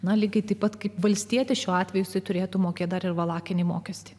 na lygiai taip pat kaip valstietis šiuo atveju turėtų mokėt dar ir valakinį mokestį